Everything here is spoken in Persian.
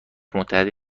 متحده